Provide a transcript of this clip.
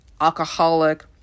alcoholic